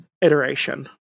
iteration